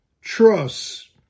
trust